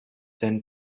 than